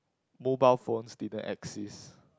mobile phones didn't exist